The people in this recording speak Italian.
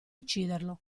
ucciderlo